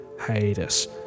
hiatus